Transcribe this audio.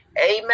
amen